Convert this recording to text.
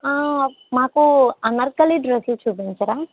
మాకు అనార్కలి డ్రెసెస్ చూపించరా